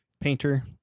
painter